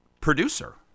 producer